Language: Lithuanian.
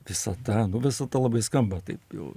visata visata labai skamba taip jau